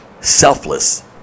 selfless